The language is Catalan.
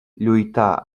lluità